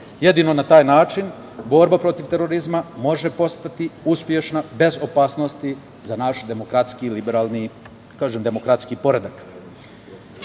Jedino na taj način borba protiv terorizma može postati uspešna bez opasnosti za naš demokratski i liberalni poredak. Skrenuo